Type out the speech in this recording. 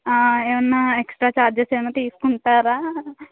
ఏమైనా extra charges ఏమైనా తీసుకుంటారా